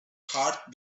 heart